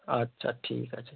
আচ্ছা ঠিক আছে